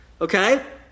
Okay